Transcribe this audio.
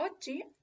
Oggi